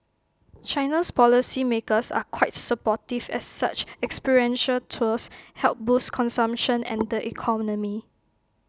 China's policy makers are quite supportive as such experiential tours help boost consumption and the economy